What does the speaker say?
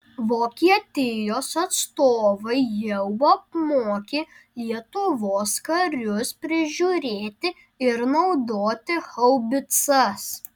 vokietijos atstovai jau apmokė lietuvos karius prižiūrėti ir naudoti haubicas